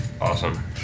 awesome